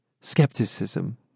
skepticism